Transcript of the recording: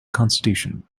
constitution